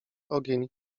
ogień